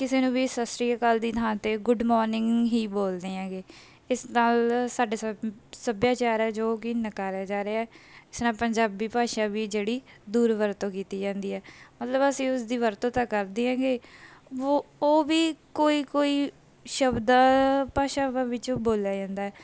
ਕਿਸੇ ਨੂੰ ਵੀ ਸਤਿ ਸ਼੍ਰੀ ਅਕਾਲ ਦੀ ਥਾਂ 'ਤੇ ਗੁੱਡ ਮੋਰਨਿੰਗ ਹੀ ਬੋਲਦੇ ਹੈਗੇ ਇਸ ਨਾਲ ਸਾਡੇ ਸਭ ਸੱਭਿਆਚਾਰ ਹੈ ਜੋ ਕਿ ਨਕਾਰਿਆ ਜਾ ਰਿਹਾ ਇਸ ਨਾਲ ਪੰਜਾਬੀ ਭਾਸ਼ਾ ਵੀ ਜਿਹੜੀ ਦੁਰਵਰਤੋਂ ਕੀਤੀ ਜਾਂਦੀ ਹੈ ਮਤਲਬ ਅਸੀਂ ਉਸ ਦੀ ਵਰਤੋਂ ਤਾਂ ਕਰਦੇ ਹੈਗੇ ਵੋ ਉਹ ਵੀ ਕੋਈ ਕੋਈ ਸ਼ਬਦਾਂ ਭਾਸ਼ਾਵਾਂ ਵਿੱਚੋ ਬੋਲਿਆ ਜਾਂਦਾ